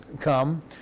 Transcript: come